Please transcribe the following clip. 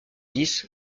dix